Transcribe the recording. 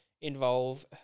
involve